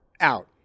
out